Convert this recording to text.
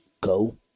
go